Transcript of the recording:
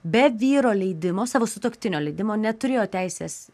be vyro leidimo savo sutuoktinio leidimo neturėjo teisės